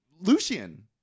Lucian